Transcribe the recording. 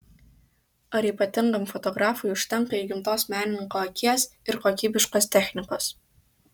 ar ypatingam fotografui užtenka įgimtos menininko akies ir kokybiškos technikos